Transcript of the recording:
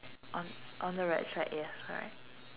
on on the right side yeah correct